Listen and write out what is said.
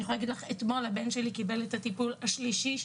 אתמול הילד שלי קיבל את הטיפול השלישי,